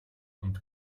und